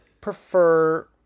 prefer